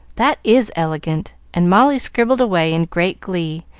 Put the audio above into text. that is elegant! and molly scribbled away in great glee,